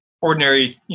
ordinary